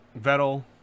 Vettel